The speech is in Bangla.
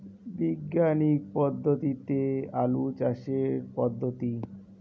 বিজ্ঞানিক পদ্ধতিতে আলু চাষের পদ্ধতি?